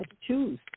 choose